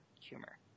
humor